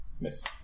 Miss